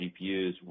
GPUs